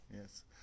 Yes